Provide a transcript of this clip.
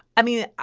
i mean,